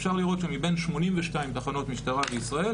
אפשר לראות שמבין 82 תחנות משטרה בישראל